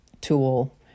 tool